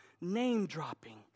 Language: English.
name-dropping